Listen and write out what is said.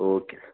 okay